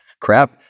crap